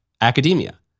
academia